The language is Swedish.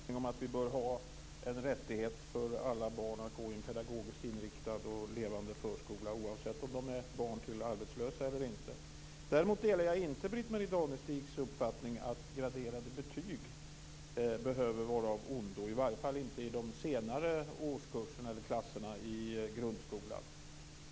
Fru talman! Jag delar Britt-Marie Danestigs uppfattning att det bör vara en rättighet för alla barn att gå i en pedagogiskt inriktad och levande förskola, oavsett om det gäller barn till arbetslösa eller inte. Däremot delar jag inte Britt-Marie Danestigs uppfattning att graderade betyg behöver vara av ondo, i varje fall inte i de högre klasserna i grundskolan.